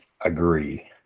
agree